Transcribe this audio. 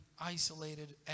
isolated